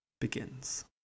begins